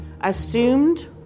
assumed